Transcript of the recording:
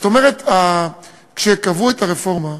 זאת אומרת, כשקבעו את הרפורמה,